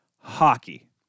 hockey